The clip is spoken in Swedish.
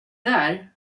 där